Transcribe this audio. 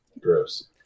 Gross